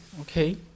Okay